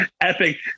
Epic